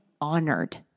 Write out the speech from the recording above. honored